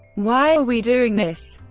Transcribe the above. why are we doing this.